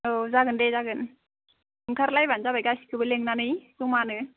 औ जागोन दे जागोन ओंखार लायबानो जाबाय गासिबखौबो लिंनानै जमानो